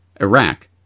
Iraq